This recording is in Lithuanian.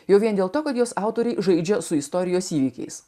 jau vien dėl to kad jos autoriai žaidžia su istorijos įvykiais